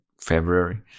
february